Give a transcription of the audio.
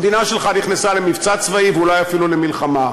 המדינה שלך נכנסה למבצע צבאי, ואולי אפילו למלחמה.